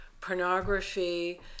pornography